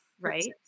right